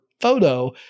photo